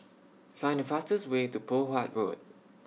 Find The fastest Way to Poh Huat Road